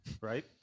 right